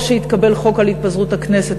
או שהתקבל חוק על התפזרות הכנסת,